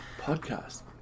Podcast